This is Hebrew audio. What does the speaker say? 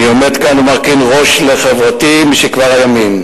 אני עומד כאן ומרכין ראש לזכר חברתי משכבר הימים.